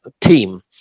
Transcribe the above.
team